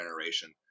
generation